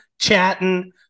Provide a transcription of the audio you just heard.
chatting